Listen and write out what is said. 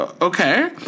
Okay